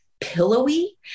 pillowy